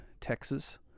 Texas